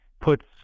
puts